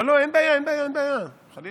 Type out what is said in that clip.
לא, לא, אין בעיה, אין בעיה, חלילה.